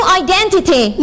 identity